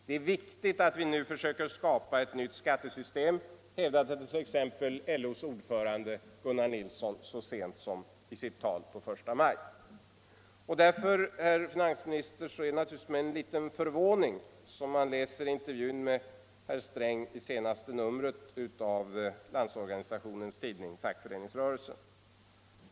Det är viktigt att vi nu försöker skapa ett nytt skattesystem, hävdade t.ex. LO-ordföranden Gunnar Nilsson så sent som i sitt tal på första maj. Därför, herr finansminister, är det med förvåning man läser intervjun med herr Sträng i senaste numret av LO:s tidning Fackföreningsrörelsen.